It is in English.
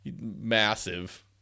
massive